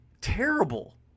terrible